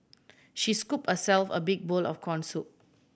she scooped herself a big bowl of corn soup